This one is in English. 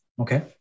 Okay